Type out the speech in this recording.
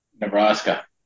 Nebraska